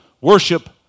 worship